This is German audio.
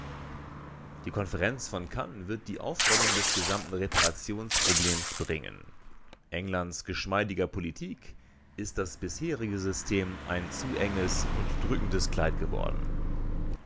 die konferenz von cannes wird die aufrollung des gesamten reparationsproblems bringen englands geschmeidiger politik ist das bisherige system ein zu enges und drückendes kleid geworden